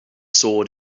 sword